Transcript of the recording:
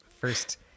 First